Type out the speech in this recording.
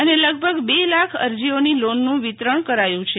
અને લગભગ બે લાખ અરજીઓની લોનનું વિતરણ કરાયું છ